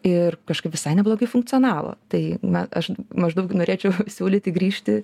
ir kažkaip visai neblogai funkcionavo tai na aš maždaug norėčiau siūlyti grįžti